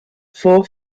four